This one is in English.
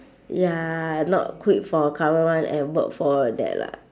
ya not quit for her current one and work for that lah